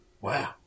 Wow